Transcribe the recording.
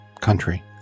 country